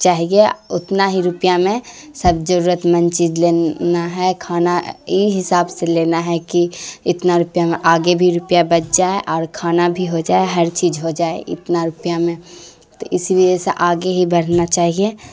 چاہیے اتنا ہی روپیہ میں سب ضرورت مند چیز لینا ہے کھانا ای حساب سے لینا ہے کہ اتنا روپیہ میں آگے بھی روپیہ بچ جائے اور کھانا بھی ہو جائے ہر چیز ہو جائے اتنا روپیہ میں تو اسی وجہ سے آگے ہی بڑھنا چاہیے